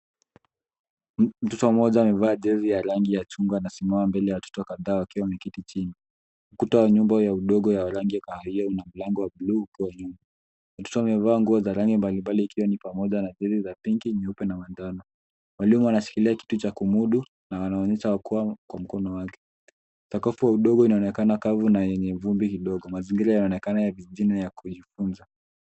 Mtoto mmoja amevaa jezi ya rangi ya chungwa, amesimama mbele ya watoto kadhaa wakiwa wameketi chini. Ukuta wa nyumba ya udongo wa rangi ya kahawia una mlango wa bluu ukiwa juu. Mtoto amevaa nguo za rangi mbalimbali ikiwa ni pamoja na jezi za pinki, nyeupe na manjano. Mwalimu anashikilia kiti cha kumudu na anaonyesha kuwa kwa mkono wake. Sakafu wa udongo inaonekana kavu na yenye vumbi kidogo. Mazingira inaonekana ya kijijini na ya kujifunza.